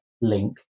link